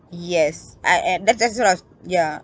yes I at~ that~ that's what I was~ ya